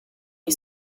you